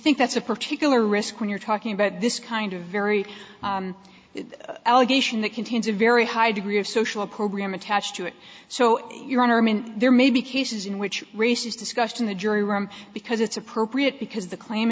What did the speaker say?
think that's a particular risk when you're talking about this kind of very allegation that contains a very high degree of social program attached to it so your honor i mean there may be cases in which race is discussed in the jury room because it's appropriate because the claim